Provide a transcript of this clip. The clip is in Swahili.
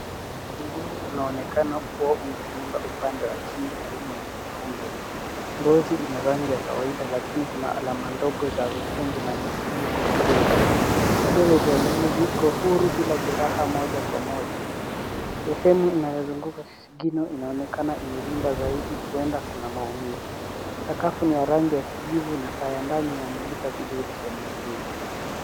Mguu unaonekana kuwa umevimba upande wa chini karibu na kifundo. Ngozi ina rangi ya kawaida lakini kuna alama ndogo za wekundu na michibu kwa midogo. Vidole vya miguu viko huru bila jeraha moja kwa moja. Sehemu inayozunguka kisigino inaonekana imevimba zaidi huenda kuna maumivu. Sakafu ni ya rangi ya kijivu na taa ya ndani yamulika vizuri sehemu hiyo.